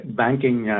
banking